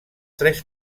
tres